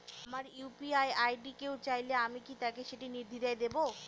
আমার UPI ID কেউ চাইলে কি আমি তাকে সেটি নির্দ্বিধায় দেব?